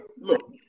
Look